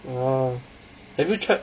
orh have you tried